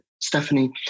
stephanie